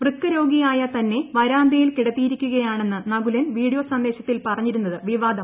വൃക്കരോഗിയായ തന്നെ വരാന്തയിൽ കിടത്തിയിരിക്കുകയാണെന്ന് നകുലൻ വീഡിയോ സന്ദേശത്തിൽ പറഞ്ഞിരുന്നത് വിവാദമായി